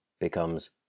becomes